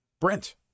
Brent